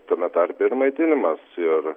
tame tarpe ir maitinimas ir